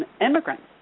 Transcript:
immigrants